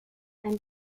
and